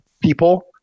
people